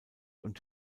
und